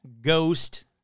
ghost